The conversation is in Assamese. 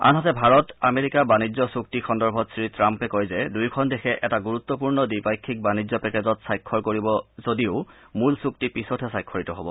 আনহাতে ভাৰত আমেৰিকা বাণিজ্য চক্তি সন্দৰ্ভত শ্ৰীটাম্পে কয় যে দুয়োখন দেশে এটা গুৰুত্বপূৰ্ণ দ্বিপাক্ষিক বাণিজ্য পেকেজত স্বাক্ষৰ কৰিব যদিও মূল চুক্তি পিছতহে স্বাক্ষৰিত হব